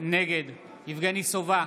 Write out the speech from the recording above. נגד יבגני סובה,